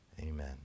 Amen